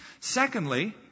Secondly